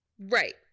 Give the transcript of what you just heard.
Right